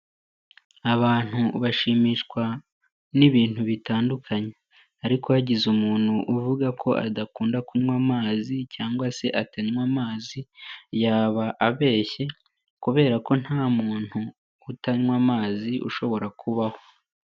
Abantu bashimishwa n'ibintu bitandukanye. Ariko hagize umuntu uvuga ko adakunda kunywa amazi cyangwa se atanywa amazi, yaba abeshye, kubera ko nta muntu utanywa amazi ushobora kubaho.